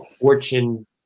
fortune